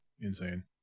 insane